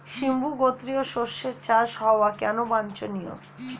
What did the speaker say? সিম্বু গোত্রীয় শস্যের চাষ হওয়া কেন বাঞ্ছনীয়?